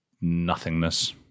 nothingness